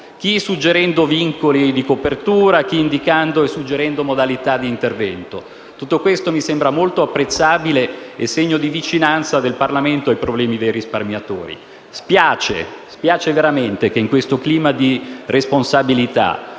chi suggerendo vincoli di copertura, chi indicando e suggerendo modalità di intervento. Tutto questo mi sembra molto apprezzabile e segno di vicinanza del Parlamento ai problemi dei risparmiatori. Spiace veramente che in questo clima di responsabilità